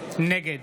נגד